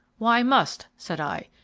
why, must? said i.